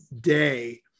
day